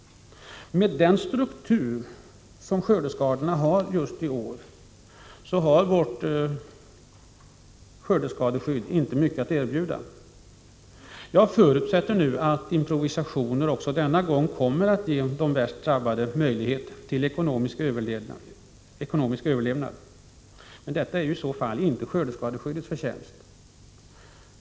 Med den struktur som skördeskadorna har just i år, har vårt skördeskadeskydd inte mycket att erbjuda. Jag förutsätter nu att improvisationer också denna gång kommer att ge de värst drabbade möjligheter till ekonomisk överlevnad — men detta är i så fall inte skördeskadeskyddets förtjänst.